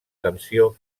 tensió